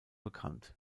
bekannt